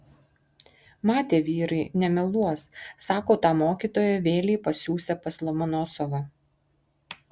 matė vyrai nemeluos sako tą mokytoją vėlei pasiųsią pas lomonosovą